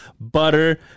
butter